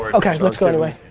ok, let's go right away.